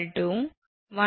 078 1